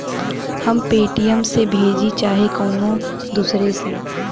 हम पेटीएम से भेजीं चाहे कउनो दूसरे से